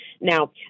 Now